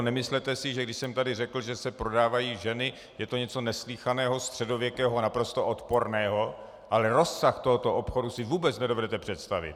Nemyslete si když jsem tady řekl, že se prodávají ženy, je to něco neslýchaného, středověkého, naprosto odporného, ale rozsah tohoto obchodu si vůbec nedovedete představit.